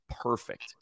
perfect